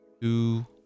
two